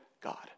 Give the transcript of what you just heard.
God